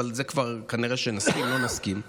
אבל בזה כבר כנראה נסכים או לא נסכים,